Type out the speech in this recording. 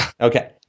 Okay